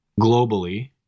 globally